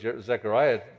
Zechariah